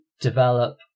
develop